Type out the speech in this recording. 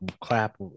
clap